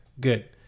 good